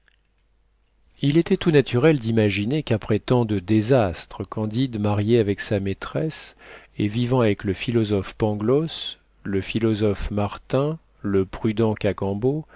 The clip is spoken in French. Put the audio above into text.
il était tout naturel d'imaginer qu'après tant de désastres candide marié avec sa maîtresse et vivant avec le philosophe pangloss le philosophe martin le prudent